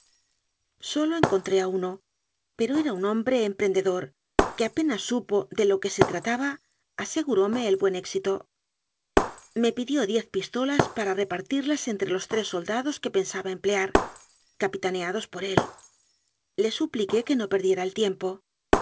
sólo encontré a uno pero era un hombre emprendedor que apenas supo de lo que se trataba aseguróme el buen éxito me pidió diez pistolas para repartirlas entre los tres soldados que pensaba emplear capitaneados por él le su pliqué que no perdiera tiempo